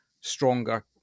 stronger